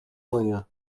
manhã